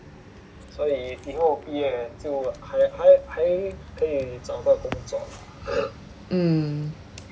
mm